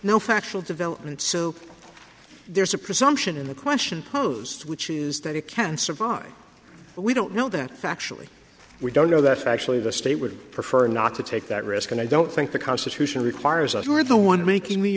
no factual development so there's a presumption in the question posed which is that it can survive but we don't know that factually we don't know that actually the state would prefer not to take that risk and i don't think the constitution requires us or the one making